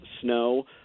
snow